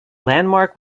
landmark